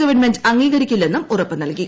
government അംഗീകരിക്കില്ലെന്നും ഉറപ്പ് നൽകി